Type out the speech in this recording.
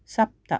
सप्त